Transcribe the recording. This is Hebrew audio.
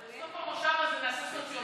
בסוף המושב הזה נעשה סוציומטרי.